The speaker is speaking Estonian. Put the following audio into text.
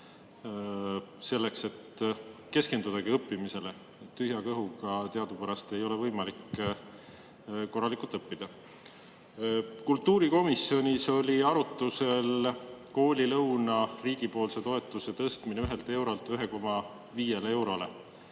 selleks, et keskenduda õppimisele. Tühja kõhuga teadupärast ei ole võimalik korralikult õppida. Kultuurikomisjonis oli arutusel koolilõuna riigipoolse toetuse tõstmine 1 eurolt 1,5 eurole